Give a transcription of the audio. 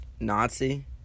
Nazi